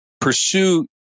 pursue